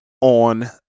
on